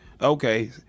Okay